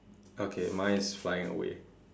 okay mine is flying away